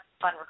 fun